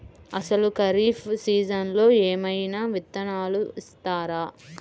అసలు ఖరీఫ్ సీజన్లో ఏమయినా విత్తనాలు ఇస్తారా?